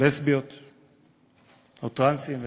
לסביות או טרנסים וטרנסיות.